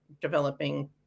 developing